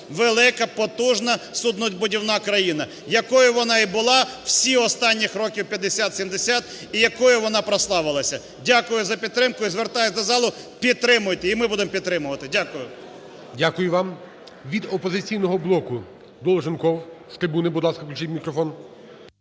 велика, потужна суднобудівна країна, якою вона і була всі останніх років 50-70 і якою вона прославилася. Дякую за підтримку і звертаюсь до залу, підтримуйте, і ми будемо підтримувати. Дякую. ГОЛОВУЮЧИЙ. Дякую вам. Від "Опозиційного блоку" Долженков з трибуни. Будь ласка, включіть мікрофон.